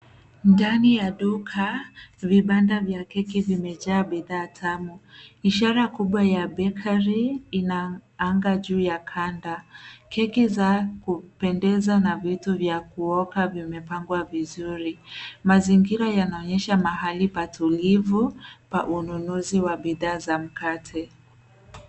Ndani ya duka, vibanda vya keki vimejaa bidhaa tamu, ishara kubwa ya cs[bakery]cs ina anga juu ya kanda. Keki za kupendeza na vitu za kuoka vimepangwa vizuri. Mazingira yanaonyesha mahali pa tulivu pa ununuzi wa bidhaa za mkate.